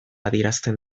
adierazten